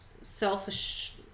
selfish